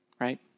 right